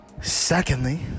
Secondly